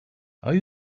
are